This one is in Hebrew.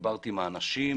דיברתי עם האנשים,